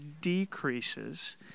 decreases